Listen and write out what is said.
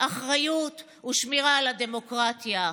אחריות ושמירה על הדמוקרטיה.